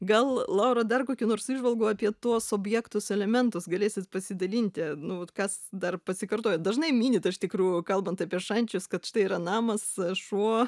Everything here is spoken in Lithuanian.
gal laura dar kokių nors įžvalgų apie tuos objektus elementus galėsit pasidalinti nu vat kas dar pasikartoja dažnai minit iš tikrųjų kalbant apie šančius kad štai yra namas šuo